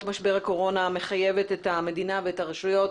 משבר הקורונה מחייבת את המדינה ואת הרשויות